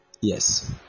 yes